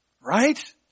Right